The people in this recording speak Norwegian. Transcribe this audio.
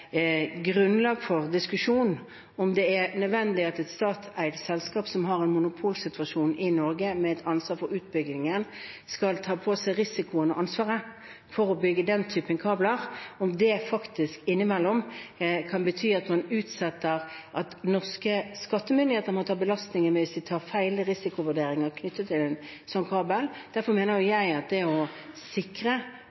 et statseid selskap som har en monopolsituasjon i Norge, med ansvar for utbyggingen, skal ta på seg risikoen og ansvaret for å bygge den typen kabler, om det faktisk innimellom kan bety at norske skattemyndigheter må ta belastningen hvis man tar feil i risikovurderingene knyttet til en slik kabel. Derfor mener